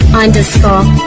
underscore